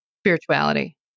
spirituality